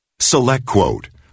SelectQuote